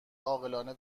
عاقلانه